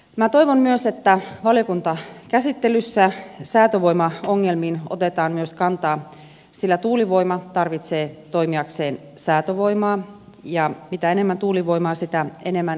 minä toivon myös että valiokuntakäsittelyssä säätövoimaongelmiin otetaan myös kantaa sillä tuulivoima tarvitsee toimiakseen säätövoimaa ja mitä enemmän tuulivoimaa sitä enemmän säätövoimaa